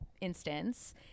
instance